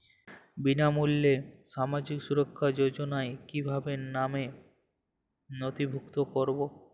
বিনামূল্যে সামাজিক সুরক্ষা যোজনায় কিভাবে নামে নথিভুক্ত করবো?